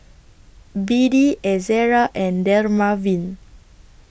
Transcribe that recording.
B D Ezerra and Dermaveen